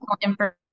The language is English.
information